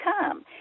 come